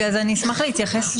אני אשמח להתייחס.